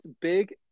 big